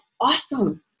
awesome